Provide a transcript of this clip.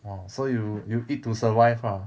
!wah! so you you eat to survive ah